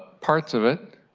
parts of it,